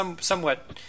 somewhat